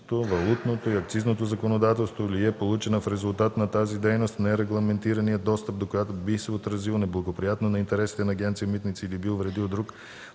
валутното и акцизното законодателство или е получена в резултат на тази дейност, нерегламентираният достъп до която би се отразил неблагоприятно на интересите на Агенция „Митници” или би увредил друг